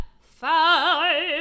five